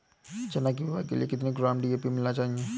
चना की बुवाई में कितनी किलोग्राम डी.ए.पी मिलाना चाहिए?